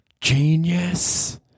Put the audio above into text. genius